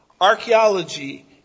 archaeology